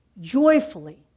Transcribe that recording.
joyfully